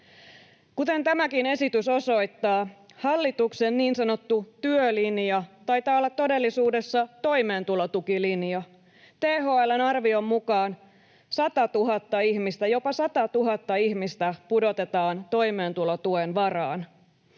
Kuten tämäkin esitys osoittaa, hallituksen niin sanottu työlinja taitaa olla todellisuudessa toimeentulotukilinja. THL:n arvion mukaan jopa 100 000 ihmistä pudotetaan toimeentulotuen varaan.